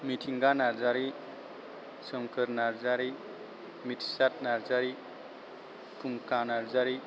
Mithinga Narzary Somkhor Narzary Mithisar Narzary Phungkha Narzary